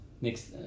next